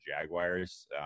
Jaguars